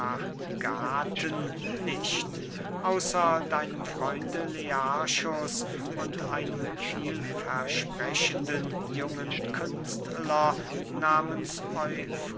nicht außer deinem freunde learchus und einem viel versprechenden jungen künstler nahmens